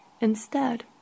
Instead